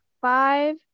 five